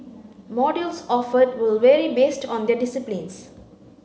modules offered will vary based on their disciplines